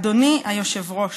אדוני היושב-ראש,